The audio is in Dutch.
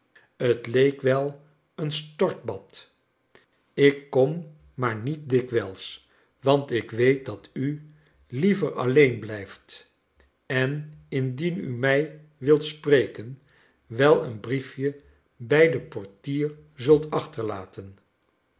t leek wel een stortbad ik kom maar niet dikwijls want ik weet dat u liever alleen blijft en indien u mij wilt spreken wel een briefje bij den portier zult achterlaten